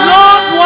Lord